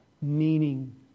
Meaning